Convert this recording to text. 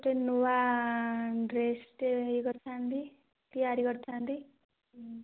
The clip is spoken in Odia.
ଗୋଟେ ନୂଆଁ ଡ଼୍ରେସଟେ ଇଏ କରିଥାନ୍ତି ତିଆରି କରିଥାନ୍ତି